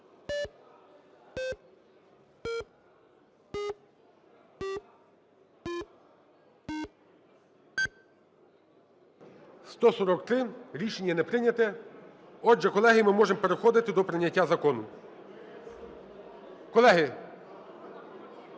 За-143 Рішення не прийнято. Отже, колеги, ми можемо переходити до прийняття закону. Колеги…